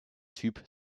typ